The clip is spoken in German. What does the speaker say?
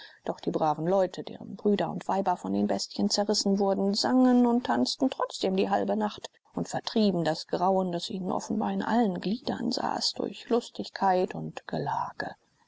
doch die braven leute deren brüder und weiber von den bestien zerrissen wurden sangen und tanzten trotzdem die halbe nacht und vertrieben das grauen das ihnen offenbar in allen gliedern saß durch lustigkeit und gelage